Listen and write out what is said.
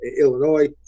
Illinois